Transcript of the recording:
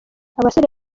abasore